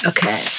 Okay